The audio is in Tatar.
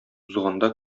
узганда